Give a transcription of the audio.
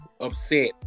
upset